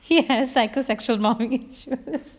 he has a psycho sexual mommies for this